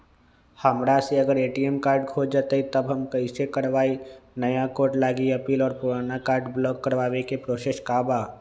हमरा से अगर ए.टी.एम कार्ड खो जतई तब हम कईसे करवाई नया कार्ड लागी अपील और पुराना कार्ड ब्लॉक करावे के प्रोसेस का बा?